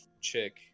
chick